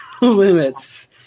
limits